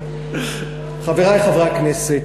חברי חברי הכנסת,